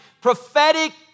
prophetic